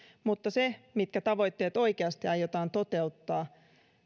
mutta se mitkä tavoitteet oikeasti aiotaan toteuttaa